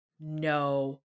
no